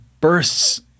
bursts